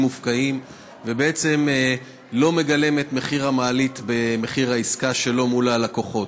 מופקעים ובעצם לא מגלם את מחיר המעלית במחיר העסקה שלו מול הלקוחות.